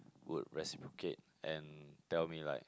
would reciprocate and tell me like